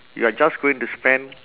you're just going to spend